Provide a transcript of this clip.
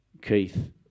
Keith